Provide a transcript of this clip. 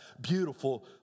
beautiful